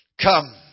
Come